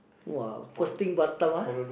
!wah! first thing Batam ah